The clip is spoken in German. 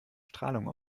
strahlung